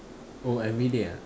oh everyday ah